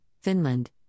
Finland